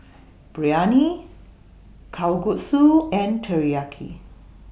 Biryani Kalguksu and Teriyaki